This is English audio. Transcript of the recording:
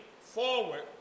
forward